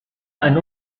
ein